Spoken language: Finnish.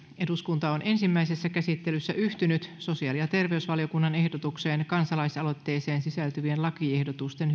eduskunta on ensimmäisessä käsittelyssä yhtynyt sosiaali ja terveysvaliokunnan ehdotukseen kansalaisaloitteeseen sisältyvien lakiehdotusten